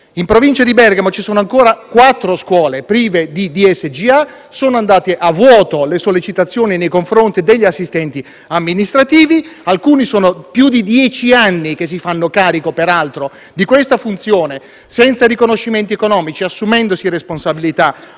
In Provincia di Bergamo ci sono ancora quattro scuole prive di DSGA. Sono andate a vuoto le sollecitazioni nei confronti degli assistenti amministrativi; alcuni è da più di dieci anni che si fanno carico di questa funzione senza riconoscimenti economici, assumendosi responsabilità